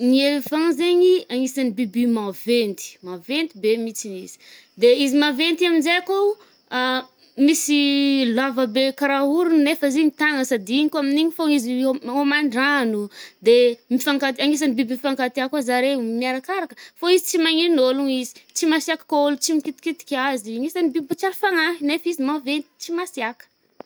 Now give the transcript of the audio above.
Ny elehant zaigny anisan’ny biby maventy, maventy be mitsiny izy. De izy maventy aminjay akao misy lava be karaha origny nefa izy igny tagnany sady igny kôa amin’igny fôgna izy hôm- hôman-drano. de mifankat- anisan’ny biby mifankatià koa zareo, miarakaraka. Fô izy tsy magnino ôlogno izy, tsy masiàka kôa ôlo tsy mikitikitiky azy. Anisan’ny biby tsara fagnahy, nefa izy maventy, tsy masiàka.